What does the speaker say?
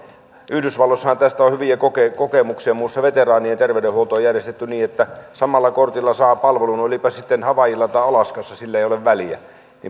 yhdysvalloissahan tästä on hyviä kokemuksia muun muassa veteraanien terveydenhuolto on järjestetty niin että samalla kortilla saa palvelun olipa se sitten havaijilla tai alaskassa sillä ei ole väliä